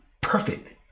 perfect